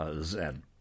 Zen